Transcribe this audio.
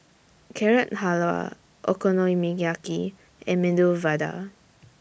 Carrot Halwa Okonomiyaki and Medu Vada